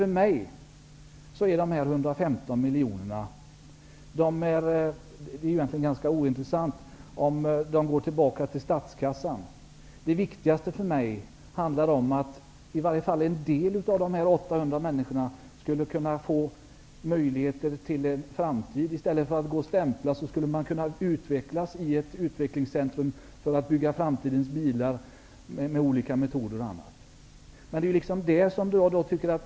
För mig är det egentligen ganska ointressant om de 115 miljonerna går tillbaka till statskassan eller inte. Det viktigaste för mig är att åtminstone en del av de 800 personerna får möjlighet till en framtid. I stället för att gå och stämpla kunde de sysselsättas på ett utvecklingscentrum för att med olika metoder bygga framtidens bilar.